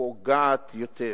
ופוגעת יותר,